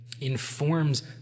informs